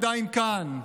עדיין כאן?